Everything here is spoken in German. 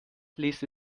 ließe